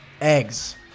eggs